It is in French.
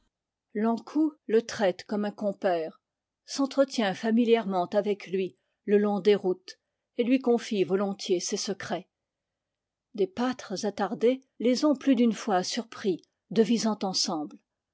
l'ankou le traite comme un compère s'entretient familièrement avec lui le long des routes et lui confie volontiers ses secrets des pâtres attardés les ont plus d'une fois surpris devisant ensemble